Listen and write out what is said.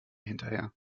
hinterher